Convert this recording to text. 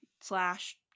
slash